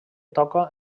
toca